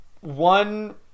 One